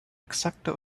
exakte